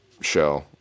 show